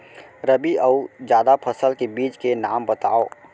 रबि अऊ जादा फसल के बीज के नाम बताव?